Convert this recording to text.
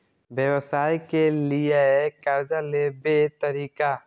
व्यवसाय के लियै कर्जा लेबे तरीका?